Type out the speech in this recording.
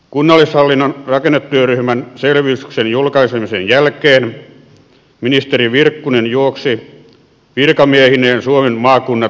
kunnallishallinnon rakennetyöryhmän selvityksen julkaisemisen jälkeen ministeri virkkunen juoksi virkamiehineen suomen maakunnat halki ja poikki